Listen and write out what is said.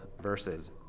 verses